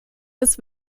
ist